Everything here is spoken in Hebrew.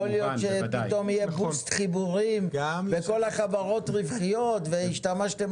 יכול להיות שפתאום יהיה boost חיבורים וכל החברות רווחיות והשתמשתם